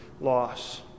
loss